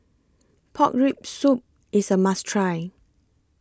Pork Rib Soup IS A must Try